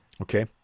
Okay